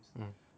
mm